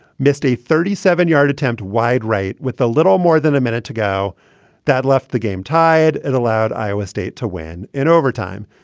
missed a thirty seven yard attempt wide right with a little more than a minute to go that left the game tied at allowed iowa state to win in overtime.